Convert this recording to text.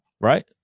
right